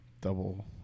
double